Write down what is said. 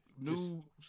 new